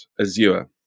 Azure